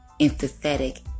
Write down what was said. empathetic